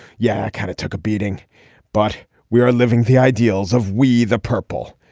yeah kind of took a beating but we are living the ideals of we the purple.